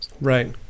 Right